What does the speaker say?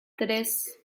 tres